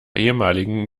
ehemaligen